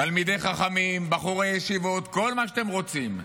תלמידי חכמים, בחורי ישיבות, כל מה שאתם רוצים,